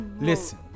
Listen